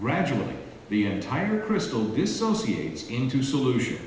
gradually the entire crystal dissociates into solution